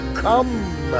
come